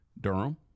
Durham